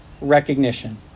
recognition